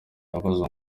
abaza